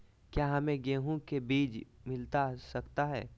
क्या हमे गेंहू के बीज मिलता सकता है?